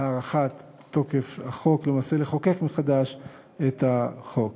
הארכה של תוקף החוק, למעשה לחוקק מחדש את החוק.